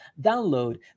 download